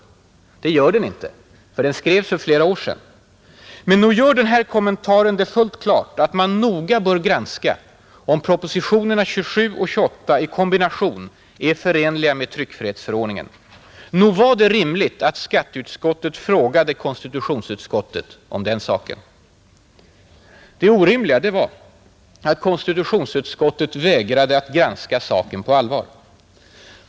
Det gör den inte, för den skrevs för flera år sedan. Men nog gör den här kommentaren det fullt klart att man noga bör granska om propositionerna 27 och 28 i kombination är förenliga med tryckfrihetsförordningen. Nog var det rimligt att skatteutskottet frågade konstitutionsutskottet om den saken. Det orimliga var att konstitutionsutskottet vägrade att granska saken på allvar.